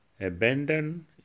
Abandon